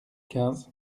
quinze